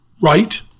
right